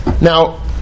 Now